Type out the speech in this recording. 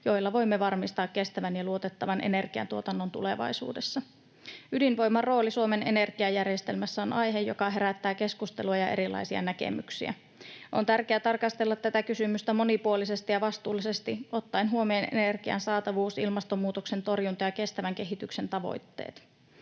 joilla voimme varmistaa kestävän ja luotettavan energiantuotannon tulevaisuudessa. Ydinvoiman rooli Suomen energiajärjestelmässä on aihe, joka herättää keskustelua ja erilaisia näkemyksiä. On tärkeää tarkastella tätä kysymystä monipuolisesti ja vastuullisesti ottaen huomioon energian saatavuuden, ilmastonmuutoksen torjunnan ja kestävän kehityksen tavoitteet.